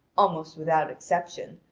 almost without exception,